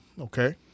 okay